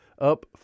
up